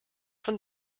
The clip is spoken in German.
von